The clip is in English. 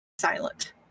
silent